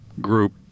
group